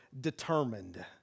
determined